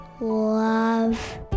love